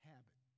Habit